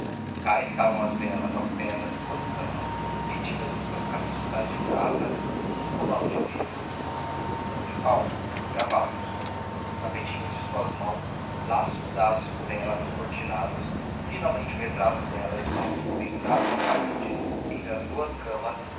cá estavam as velas ao pé das duas camas metidas nos seus castiçais de prata um com o nome de pedro outro com o de paulo gravados tapetinhos de suas mãos laços dados por ela nos cortinados finalmente o retrato dela e o do marido pendurados à parede entre as duas camas